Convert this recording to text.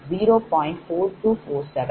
00